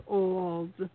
old